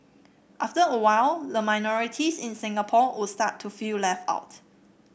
after a while the minorities in Singapore would start to feel left out